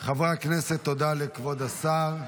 תודה לכבוד השר.